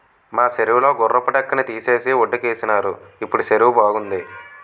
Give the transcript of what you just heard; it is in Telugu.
మా సెరువు లో గుర్రపు డెక్కని తీసేసి వొడ్డుకేసినారు ఇప్పుడు సెరువు బావుంది